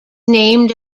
named